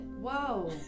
Whoa